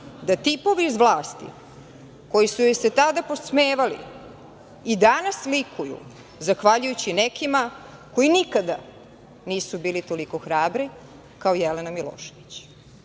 da tipovi iz vlasti, koji su joj se tada podsmavali i danas likuju zahvaljujući nekima koji nikada nisu bili toliko hrabri kao Jelena Milošević